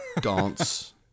Dance